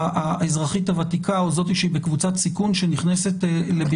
האזרחית הוותיקה או זאת שהיא בקבוצת סיכון שנכנסת לברכת כוהנים.